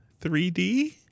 3D